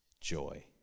joy